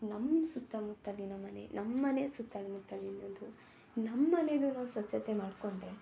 ನಮ್ಮ ಸುತ್ತಮುತ್ತಲಿನ ಮನೆ ನಮ್ಮ ಮನೆ ಸುತ್ತಲು ಮುತ್ತಲು ಇರೋದು ನಮ್ಮ ಮನೆದು ನಾವು ಸ್ವಚ್ಛತೆ ಮಾಡಿಕೊಂಡ್ರೆ